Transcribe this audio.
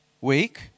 week